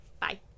Bye